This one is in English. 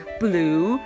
blue